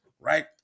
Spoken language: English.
right